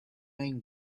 main